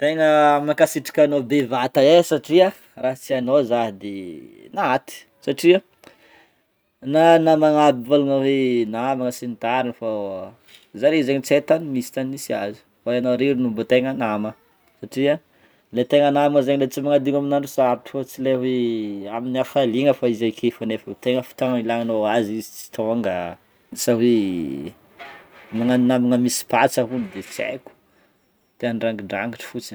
Tegna mankasitraka anao bevata e satria raha tsy anao zah de naty satria na namagna aby nivolagna hoe namagna sy ny tariny fô zare zegny tsy hay tany misy tany nisy azy fa ianao irery no mbô tegna nama satria le tegna namagna zegny le tsy magnadigno amin'ny andro sarotro fô tsy le hoe amin'ny hafaliana fo izy ake fa nefa tegna fotoagna ilanao azy izy tsy tonga sa hoe magnano namagna misy patsa hono de tsy haiko, tia andrangindrangitry fotsiny.